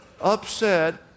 upset